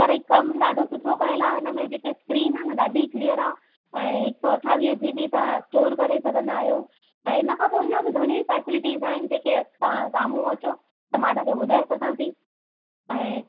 पर हे कमु ॾाढो सुठो कयलु आहे हहिनमें जेके स्क्रीन आहे न ॾाढी क्लीयर आहे ऐं हिकु सौ अठावीह जी बी तव्हां स्टोर करे सघंदा आहियो ऐं इनखां पोइ अञा बि घणियूं फ़ेसिलिटीज आहिनि जेके तव्हां साम्हूं अचो त मां तव्हांखे ॿुधाए सघां थी ऐं